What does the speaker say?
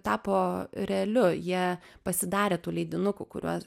tapo realiu jie pasidarė tų leidinukų kuriuos